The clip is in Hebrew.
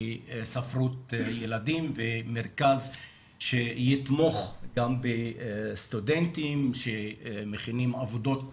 לספרות ילדים ומרכז שיתמוך גם בסטודנטים שמכינים עבודות